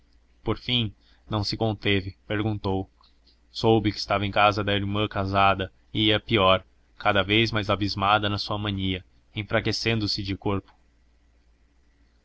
por fim não se conteve perguntou soube que estava em casa da irmã casada e ia pior cada vez mais abismada na sua mania enfraquecendo se de corpo